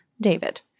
David